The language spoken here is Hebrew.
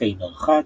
בתי מרחץ,